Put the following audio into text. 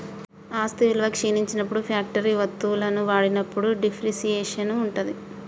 ఆస్తి విలువ క్షీణించినప్పుడు ఫ్యాక్టరీ వత్తువులను వాడినప్పుడు డిప్రిసియేషన్ ఉంటది